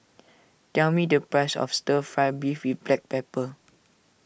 tell me the price of Stir Fry Beef with Black Pepper